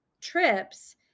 trips